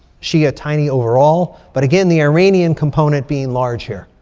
shi'a, tiny overall. but again, the iranian component being large here.